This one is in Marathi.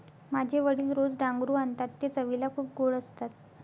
माझे वडील रोज डांगरू आणतात ते चवीला खूप गोड असतात